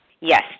Yes